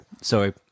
Sorry